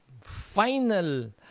final